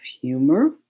humor